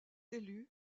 élu